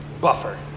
buffer